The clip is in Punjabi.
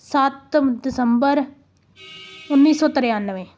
ਸੱਤ ਦਸੰਬਰ ਉੱਨੀ ਸੌ ਤ੍ਰਿਆਨਵੇਂ